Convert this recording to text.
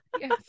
yes